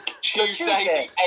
Tuesday